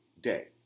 day